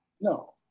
No